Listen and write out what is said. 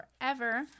forever